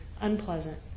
unpleasant